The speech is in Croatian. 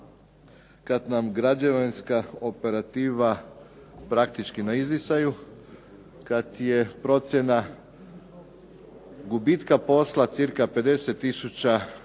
kada nam građevinska operativa praktički na izdisaju, kada je procjena gubitka posla cca 50 tisuća